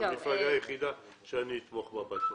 זו המפלגה היחידה שאני אתמוך בה בסוף.